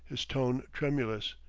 his tone tremulous.